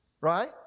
right